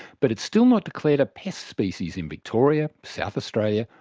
but it's still not declared a pest species in victoria, south australia,